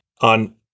on